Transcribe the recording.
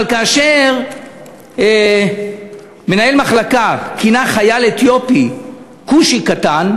אבל כאשר מנהל מחלקה כינה חייל אתיופי "כושי קטן"